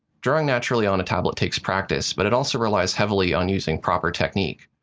drawing naturally on a tablet takes practice, but it also relies heavily on using proper technique.